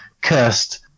cursed